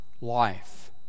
life